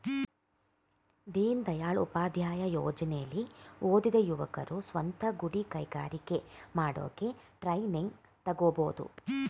ದೀನದಯಾಳ್ ಉಪಾಧ್ಯಾಯ ಯೋಜನೆಲಿ ಓದಿದ ಯುವಕರು ಸ್ವಂತ ಗುಡಿ ಕೈಗಾರಿಕೆ ಮಾಡೋಕೆ ಟ್ರೈನಿಂಗ್ ತಗೋಬೋದು